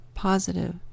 positive